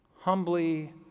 humbly